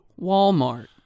walmart